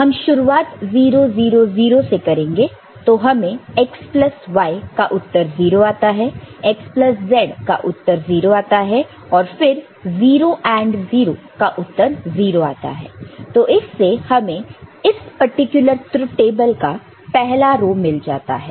हम शुरुआत 0 0 0 से करेंगे तो हमें x प्लस y का उत्तर 0 आता है x प्लस z का उत्तर 0 आता है और फिर 0 AND 0 का उत्तर 0 आता है तो इससे हमें इस पर्टिकुलर ट्रुथ टेबल का पहला रो मिल जाता है